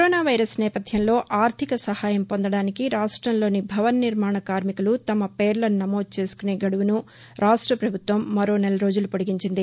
corona virus నేపథ్యంలో ఆర్టిక సహాయం పొందడానికి రాష్టంలోని భవన నిర్మాణ కార్మికులు తమ పేర్లను నమోదు చేసుకునే గడువును రాష్ట పభుత్వం మరోనెల రోజులు పొడిగించింది